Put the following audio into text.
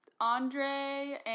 Andre